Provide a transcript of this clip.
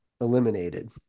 eliminated